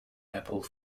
apple